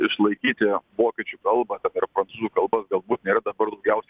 išlaikyti vokiečių kalbą dabar prancūzų kalbas galbūt nėra dabar daugiausiai